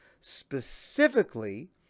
specifically